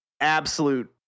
absolute